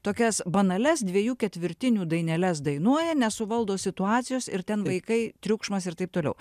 tokias banalias dviejų ketvirtinių daineles dainuoja nesuvaldo situacijos ir ten vaikai triukšmas ir taip toliau